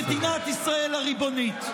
ממדינת ישראל הריבונית.